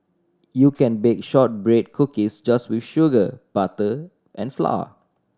you can bake shortbread cookies just with sugar butter and flour